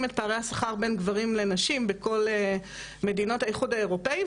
את פערי השכר בין גברים לנשים בכל מדינות האיחוד האירופאי,